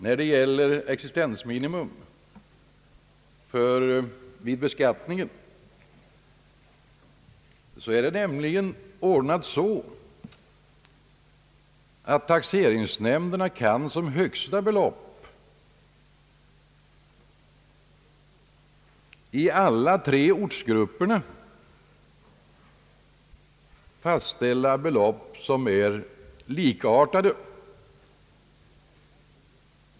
Vad gäller existensminimum är det så ordnat att taxeringsnämnderna i alla tre ortsgrupperna kan fastställa lika höga maximibelopp.